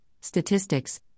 statistics